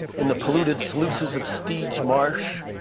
in the polluted sluices of stege marsh,